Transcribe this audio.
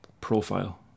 profile